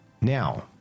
Now